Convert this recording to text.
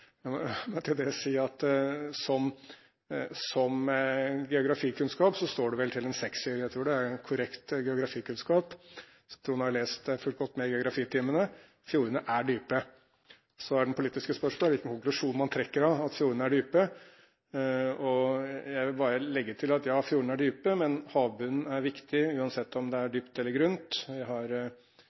Til det må jeg si at som geografikunnskap står det vel til en sekser. Jeg tror det er korrekt geografikunnskap – Trond har fulgt godt med i geografitimene – fjordene er dype. Så er det det politiske spørsmål: Hvilken konklusjon trekker man av at fjordene er dype? Jeg vil bare legge til: Ja, fjordene er dype, men havbunnen er viktig, uansett om det er dypt eller